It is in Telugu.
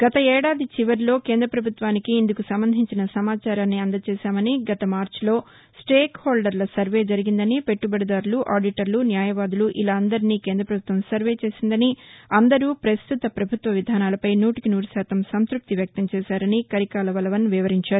గత ఏడాది చివరిలో కేంద్ర పభుత్వానికి ఇందుకు సంబంధించిన సమాచారాన్ని అందజేశామని గత మార్చిలో స్టేక్ హోల్డర్ల సర్వే జరిగిందని పెట్టుబడిదారులు ఆడిటర్లు న్యాయవాదులు ఇలా అందరినీ కేంద్ర ప్రభుత్వం సర్వే చేసిందని అందరూ ప్రస్తుత ప్రభుత్వ విధానాలపై నూటికి నూరుశాతం సంతృప్తి వ్యక్తం చేశారని కరికాల వలవన్ వివరించారు